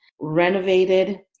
renovated